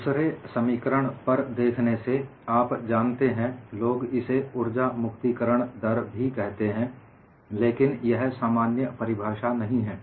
दूसरे समीकरण पर देखने सेआप जानते हैं लोग इसे ऊर्जा मुक्तिकरण दर भी कहते हैं लेकिन यह सामान्य परिभाषा नहीं है